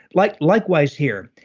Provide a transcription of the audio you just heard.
like likewise here,